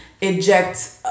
eject